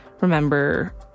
remember